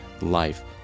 life